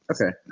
Okay